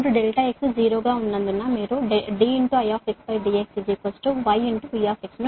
ఇప్పుడు ∆x 0 గా ఉన్నందున మీరు dIdxyV ను వ్రాయవచ్చు